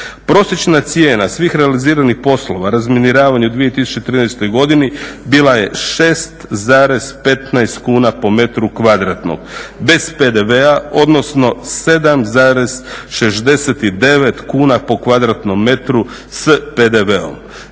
Prosječna cijena svih realiziranih poslova razminiravanja u 2013. godini bila je 6,15 kuna po metru kvadratnom bez PDV-a, odnosno 7,69 kuna po kvadratnom metru s PDV-om.